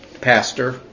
pastor